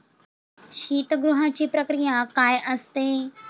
शीतगृहाची प्रक्रिया काय असते?